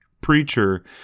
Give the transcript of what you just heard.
Preacher